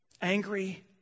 angry